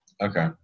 Okay